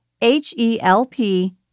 H-E-L-P